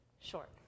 short